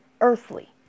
earthly